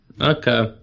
Okay